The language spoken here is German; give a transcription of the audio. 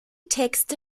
texte